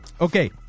Okay